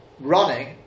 running